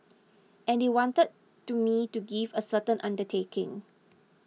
and they wanted to me to give a certain undertaking